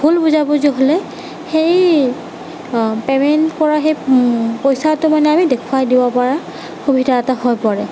ভুল বুজাবুজি হ'লে সেই পে'মেণ্ট কৰা সেই পইচাটো মানে দেখুৱাই দিব পৰা সুবিধা এটা হৈ পৰে